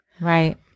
Right